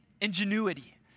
ingenuity